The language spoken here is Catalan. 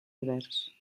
divers